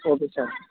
okay sir